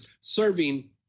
serving